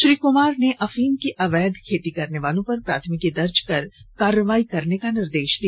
श्री कुमार ने अफीम की अवैध खेती करने वालों पर प्राथमिकी दर्ज कर कार्रवाई करने का निर्देश दिया